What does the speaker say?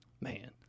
man